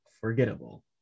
forgettable